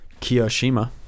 Kiyoshima